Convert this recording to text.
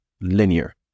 linear